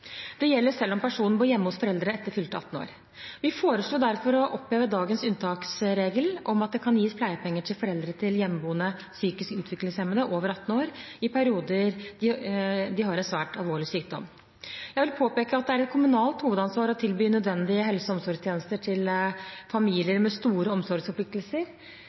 Det gjelder selv om personen bor hjemme hos foreldre etter fylte 18 år. Vi foreslo derfor å oppheve dagens unntaksregel om at det kan gis pleiepenger til foreldre til hjemmeboende psykisk utviklingshemmede over 18 år i de perioder de har en svært alvorlig sykdom. Jeg vil påpeke at det er et kommunalt hovedansvar å tilby nødvendige helse- og omsorgstjenester til familier med store omsorgsforpliktelser.